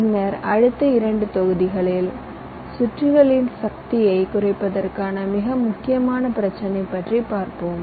பின்னர் அடுத்த இரண்டு தொகுதிகளில் சுற்றுகளில் சக்தியைக் குறைப்பதற்கான மிக முக்கியமான பிரச்சினை பற்றி பார்ப்போம்